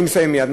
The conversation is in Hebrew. אני מסיים מייד.